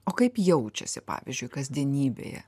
o kaip jaučiasi pavyzdžiui kasdienybėje